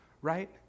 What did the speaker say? right